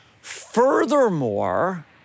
Furthermore